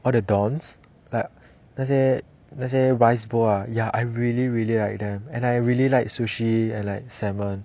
all the dons like 那些那些 rice bowl ah ya I really really like them and I really like sushi and like salmon